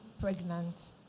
pregnant